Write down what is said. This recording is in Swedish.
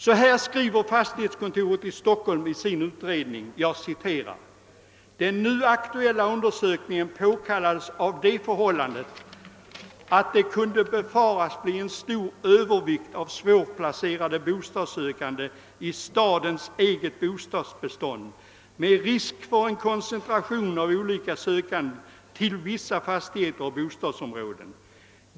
Så här skriver fastighetskontoret i Stockholm i sin utredning: »Den nu aktuella undersökningen påkallades av det förhållandet att det kunde befaras bli en stor övervikt av svårplacerade bostadssökande i stadens eget bostadsbestånd med risk för en koncentration av olika sökande till vissa fastigheter och bostadsområden.